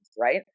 right